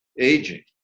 aging